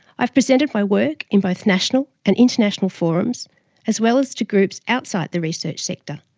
i've presented my work in both national and international forums as well as to groups outside the research sector.